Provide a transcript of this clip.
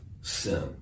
sin